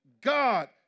God